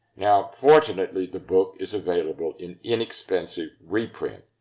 now, fortunately, the book is available in inexpensive reprint,